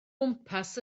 gwmpas